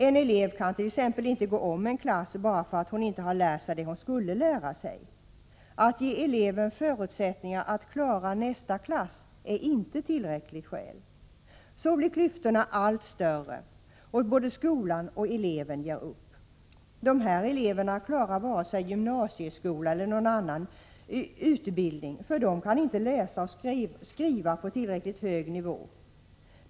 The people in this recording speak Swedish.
En elev kan t.ex. inte gå om en klass bara för att hon inte har lärt sig det hon skulle lära sig. Att ge eleven förutsättningar att klara nästa klass är inte tillräckligt skäl. Så blir klyftorna allt större, och både skolan och eleven ger upp. De här eleverna klarar varken gymnasieskola eller annan utbildning för de kan inte läsa och skriva på tillräckligt hög nivå.